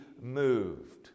moved